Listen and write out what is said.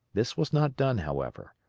this was not done, however.